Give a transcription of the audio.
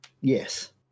Yes